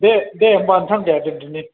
दे दे होनब्ला नोंथां दे दोनदिनि